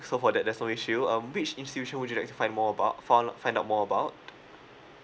so for that there's no issue um which institution would you like to find more about found find out more about